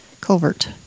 culvert